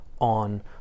on